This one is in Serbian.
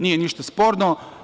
Nije ništa sporno.